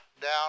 down